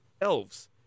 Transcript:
elves